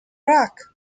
rock